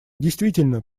действительно